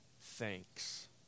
thanks